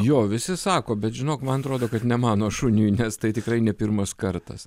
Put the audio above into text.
jo visi sako bet žinok man atrodo kad ne mano šuniui nes tai tikrai ne pirmas kartas